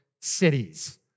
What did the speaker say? cities